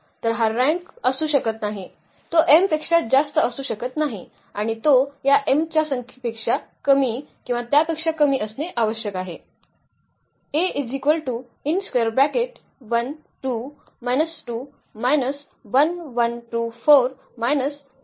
तर हा रँक असू शकत नाही तो m पेक्षा जास्त असू शकत नाही आणि तो या m च्या संख्येपेक्षा कमी किंवा त्यापेक्षा कमी असणे आवश्यक आहे